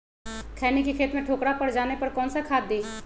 खैनी के खेत में ठोकरा पर जाने पर कौन सा खाद दी?